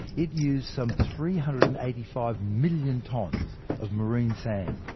it used some three hundred and eighty five million tonnes of marine sand,